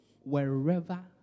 wherever